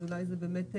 אולי זה באמת מעט.